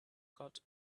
got